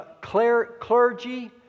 clergy